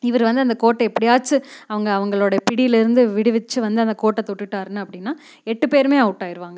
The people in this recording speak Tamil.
இவர் வந்து அந்த கோட்டை எப்படியாச்சி அவங்க அவங்களோட பிடியிலருந்து விடுவிச்சி வந்து அந்த கோட்டை தொட்டுட்டுடாருன்னா அப்படின்னா எட்டு பேருமே அவுட் ஆயிருவாங்க